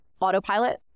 autopilot